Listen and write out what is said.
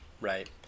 right